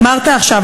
אמרת עכשיו,